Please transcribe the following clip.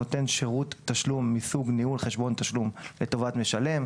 שנותן שירות תשלום מסוג ניהול חשבון תשלום לטובת משלם.